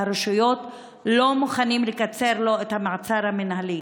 והרשויות לא מוכנות לקצר לו את המעצר המינהלי.